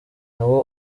nawo